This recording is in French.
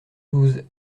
douze